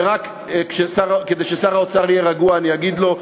ורק כדי ששר האוצר יהיה רגוע אני אגיד לו,